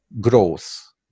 growth